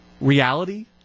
reality